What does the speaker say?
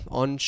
on